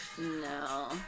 No